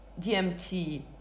DMT